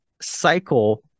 cycle